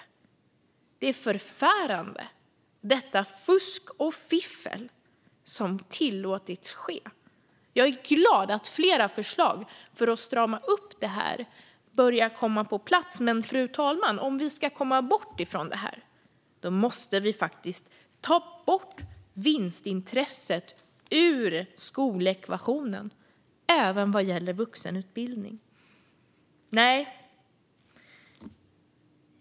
Det är förfärande, detta fusk och fiffel som tillåtits ske. Jag är glad att flera förslag för att strama upp detta börjar komma på plats. Men, fru talman, om vi ska komma bort från detta måste vi ta bort vinstintresset ur skolekvationen, även när det gäller vuxenutbildning.